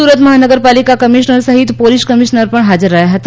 સુરત મહાનગરપાલિકા કમિશનર સહિત police commissioner પણ હાજર રહ્યા હતા